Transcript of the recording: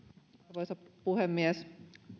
arvoisa puhemies